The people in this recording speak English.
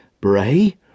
Bray